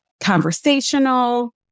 conversational